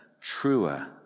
truer